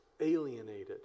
alienated